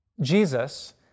Jesus